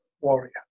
warrior